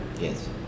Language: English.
Yes